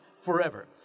forever